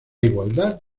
igualdad